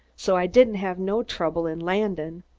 so i didn't have no trouble in landin'.